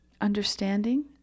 understanding